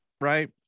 Right